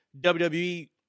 WWE